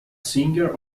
singer